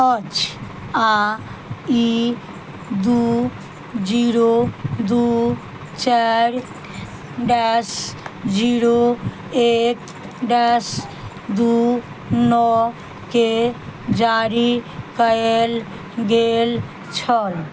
अछि आओर ई दू जीरो दू चारि डैश जीरो एक डैश दू नओ के जारी कयल गेल छल